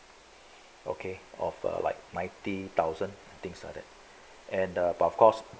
okay of uh like niney thousand things like that and uh but of course